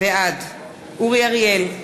בעד אורי אריאל,